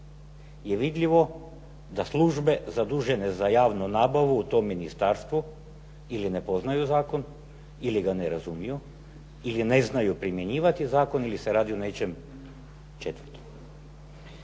je vidljivo da službe zadužene za javnu nabavu u tom ministarstvu ili ne poznaju zakon ili ga ne razumiju ili ne znaju primjenjivati zakon ili se radi o nečem četvrtom.